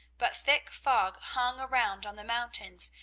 but thick fog hung around on the mountains,